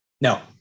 No